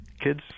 kids